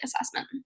assessment